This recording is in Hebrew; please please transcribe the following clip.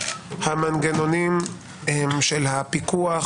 המנגנונים הם של הפיקוח,